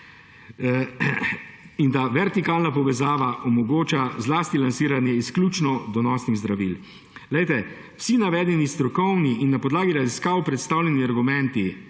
in da vertikalna povezava omogoča zlasti lansiranje izključno donosnih zdravil. Poglejte, vsi navedeni strokovni in na podlagi raziskav predstavljeni argumenti